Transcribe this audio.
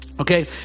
Okay